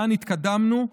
לאן התקדמנו,